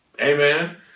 Amen